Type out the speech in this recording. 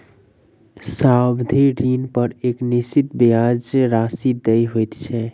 सावधि ऋणपर एक निश्चित ब्याज राशि देय होइत छै